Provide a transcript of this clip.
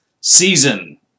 season